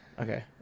Okay